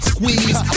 Squeeze